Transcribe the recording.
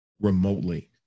remotely